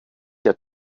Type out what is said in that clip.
der